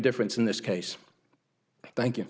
indifference in this case thank you